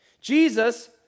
Jesus